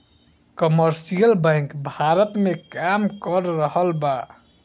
commercial bank Bharat में काम कर रहल बा